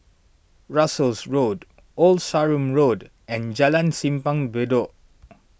Russels Road Old Sarum Road and Jalan Simpang Bedok